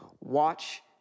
watch